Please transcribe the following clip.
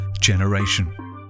generation